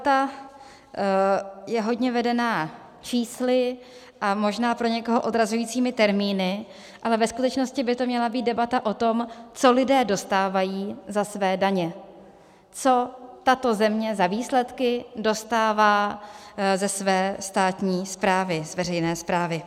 Ta debata je hodně vedena čísly a možná pro někoho odrazujícími termíny, ale ve skutečnosti by to měla být debata o tom, co lidé dostávají za své daně, co tato země za výsledky dostává ze své státní zprávy, z veřejné správy.